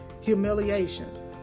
humiliations